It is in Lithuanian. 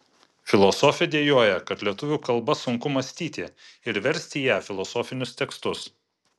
filosofė dejuoja kad lietuvių kalba sunku mąstyti ir versti į ją filosofinius tekstus